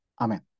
Amen